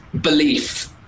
belief